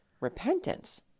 repentance